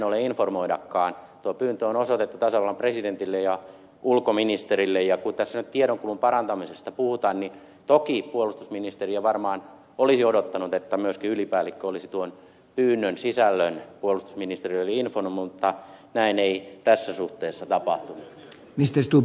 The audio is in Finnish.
tuo pyyntö on osoitettu tasavallan presidentille ja ulkoministerille ja kun tässä nyt tiedonkulun parantamisesta puhutaan niin toki puolustusministeriö varmaan olisi odottanut että myöskin ylipäällikkö olisi tuon pyynnön sisällön puolustusministeriölle infonnut mutta näin ei tässä suhteessa tapahtunut